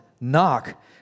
Knock